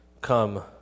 come